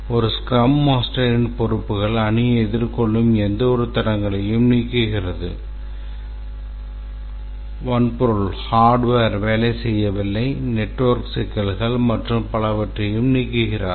ஒரு ஸ்க்ரம் மாஸ்டரின் பொறுப்புகள் அணி எதிர்கொள்ளும் எந்தவொரு தடங்கலையும் நீக்குகிறது வன்பொருள் வேலை செய்யவில்லை நெட்வொர்க் சிக்கல்கள் மற்றும் பலவற்றையும் நீக்குகிறார்